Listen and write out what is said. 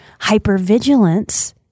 Hypervigilance